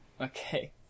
Okay